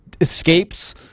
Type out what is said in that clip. escapes